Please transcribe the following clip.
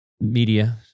media